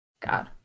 God